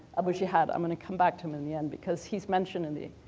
i wish you had i'm gonna come back to him in the end because he's mentioned in the,